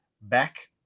back